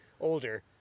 older